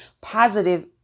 positive